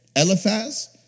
Eliphaz